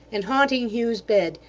and haunting hugh's bed,